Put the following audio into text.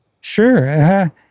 Sure